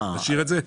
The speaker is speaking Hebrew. להשאיר את זה?